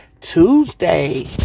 Tuesday